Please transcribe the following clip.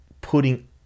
putting